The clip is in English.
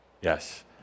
Yes